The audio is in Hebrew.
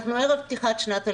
אנחנו ערב פתיחת שנת הלימודים.